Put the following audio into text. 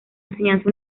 enseñanza